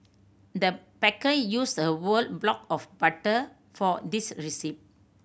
the baker used a were block of butter for this recipe